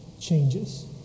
changes